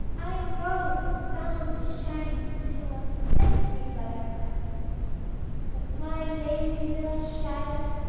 i rose and found the shining dew on every buttercup but my lazy little shadow,